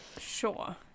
Sure